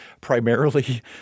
primarily